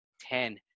ten